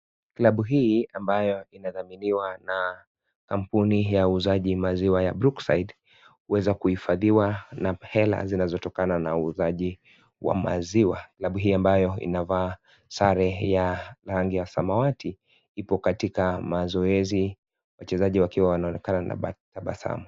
Klabu hii, ambayo inadhaminiwa na kampuni ya maziwa ya Brookside, huweza kuhifadhiwa na fedha zinazotokana na uuzaji wa maziwa . Klabu hii, ambayo inavaa sare ya rangi ya samawati , iko katika mazoezi huku wachezaji wakionekana kuwa na furaha.